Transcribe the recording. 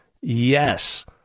Yes